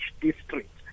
district